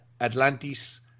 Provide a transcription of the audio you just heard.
Atlantis